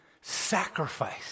sacrifice